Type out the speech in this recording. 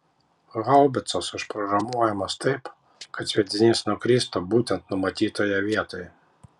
haubicos užprogramuojamos taip kad sviedinys nukristų būtent numatytoje vietoje